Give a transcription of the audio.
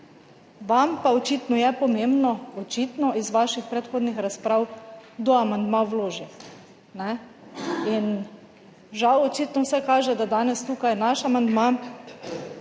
Vam pa očitno je pomembno, očitno iz vaših predhodnih razprav, kdo amandma vloži. Žal očitno vse kaže, da danes tukaj naš amandma